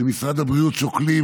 שבמשרד הבריאות שוקלים